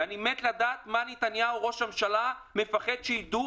ואני מת לדעת מה נתניהו ראש הממשלה מפחד שידעו